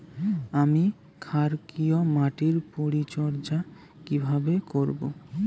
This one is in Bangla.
আমি ক্ষারকীয় মাটির পরিচর্যা কিভাবে করব?